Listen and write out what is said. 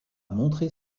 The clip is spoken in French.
montrer